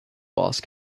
ask